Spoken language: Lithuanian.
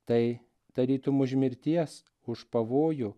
tai tarytum už mirties už pavojų